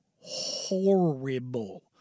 horrible